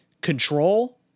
Control